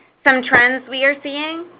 some trends we are seeing,